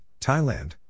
Thailand